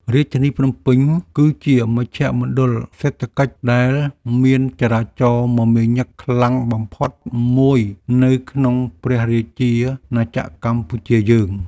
រាជធានីភ្នំពេញគឺជាមជ្ឈមណ្ឌលសេដ្ឋកិច្ចដែលមានចរាចរណ៍មមាញឹកខ្លាំងបំផុតមួយនៅក្នុងព្រះរាជាណាចក្រកម្ពុជាយើង។